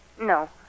No